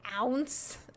ounce